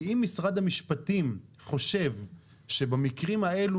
כי אם משרד המשפטים חושב שבמקרים האלו